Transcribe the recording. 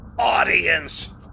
Audience